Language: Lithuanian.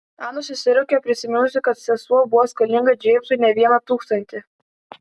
ana susiraukė prisiminusi kad sesuo buvo skolinga džeimsui ne vieną tūkstantį